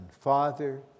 Father